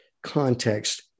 context